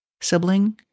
sibling